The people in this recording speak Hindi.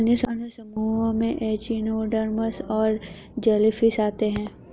अन्य समूहों में एचिनोडर्म्स और जेलीफ़िश आते है